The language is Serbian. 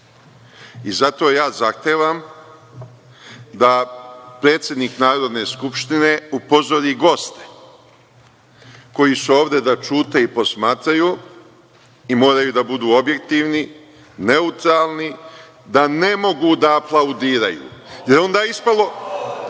Zato ja zahtevam da predsednik Narodne skupštine upozori goste koji su ovde da ćute i posmatraju i moraju da budu objektivni, neutralni, da ne mogu da aplaudiraju, jer onda je ispalo,